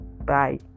Bye